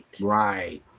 Right